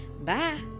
Bye